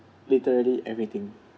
literally everything